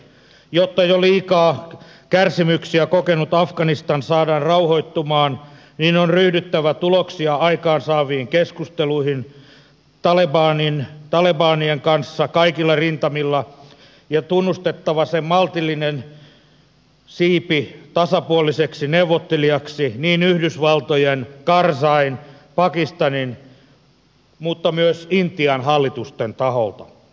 jotta jo liikaa kärsimyksiä kokenut afganistan saadaan rauhoittumaan on ryhdyttävä tuloksia aikaansaaviin keskusteluihin talebanien kanssa kaikilla rintamilla ja tunnustettava sen maltillinen siipi tasapuoliseksi neuvottelijaksi niin yhdysvaltojen karzain pakistanin kuin myös intian hallituksen taholta